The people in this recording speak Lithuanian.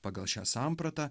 pagal šią sampratą